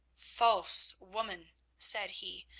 false woman said he,